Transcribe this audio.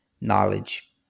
knowledge